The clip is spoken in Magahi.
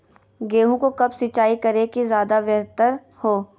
गेंहू को कब सिंचाई करे कि ज्यादा व्यहतर हो?